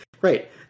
Right